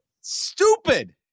Stupid